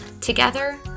together